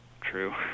true